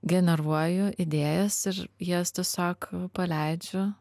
generuoju idėjas ir jas tiesiog paleidžiu